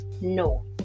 No